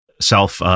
Self